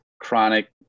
chronic